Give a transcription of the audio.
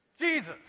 Jesus